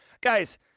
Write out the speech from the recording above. Guys